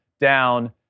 down